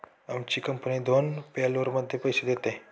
आमची कंपनी दोन पॅरोलमध्ये पैसे देते